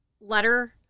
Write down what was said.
letter